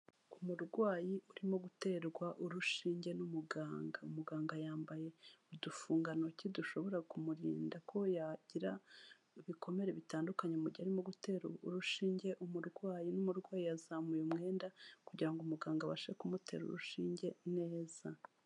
Umurwayi urimo guterwa urushinge n'umuganga, umuganga yambaye udufunganotoki dushobora kumurinda ko yagira ibikomere bitandukanye, mu gihe arimo gutera urushinge umurwayi n'umurwayi yazamuye umwenda kugira ngo umuganga abashe kumutera urushinge neza.